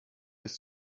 ist